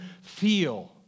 feel